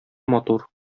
матур